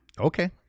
Okay